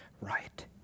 right